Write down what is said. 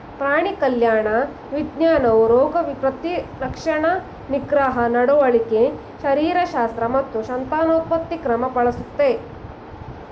ಪ್ರಾಣಿ ಕಲ್ಯಾಣ ವಿಜ್ಞಾನವು ರೋಗ ಪ್ರತಿರಕ್ಷಣಾ ನಿಗ್ರಹ ನಡವಳಿಕೆ ಶರೀರಶಾಸ್ತ್ರ ಮತ್ತು ಸಂತಾನೋತ್ಪತ್ತಿ ಕ್ರಮ ಬಳಸ್ತದೆ